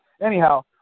Anyhow